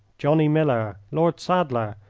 johnny miller, lord sadler,